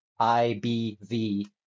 IBV